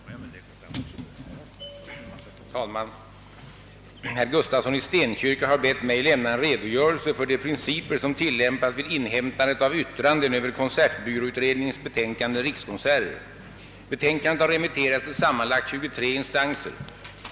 Herr talman! Herr Gustafsson i Stenkyrka har bett mig lämna en redogörelse för de principer som tillämpats vid inhämtandet av yttranden över konsertbyråutredningens betänkande »Rikskonserter». Betänkandet har remitterats till sammanlagt 23 instanser.